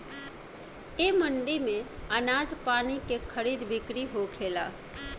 ए मंडी में आनाज पानी के खरीद बिक्री होखेला